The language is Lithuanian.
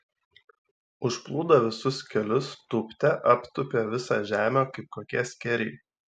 užplūdo visus kelius tūpte aptūpė visą žemę kaip kokie skėriai